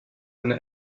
eine